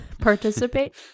participate